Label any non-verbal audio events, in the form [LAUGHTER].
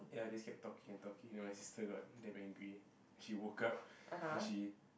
ya just kept talking and talking then my sister got damn angry she woke up [BREATH] then she